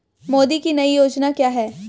मोदी की नई योजना क्या है?